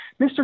Mr